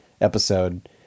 episode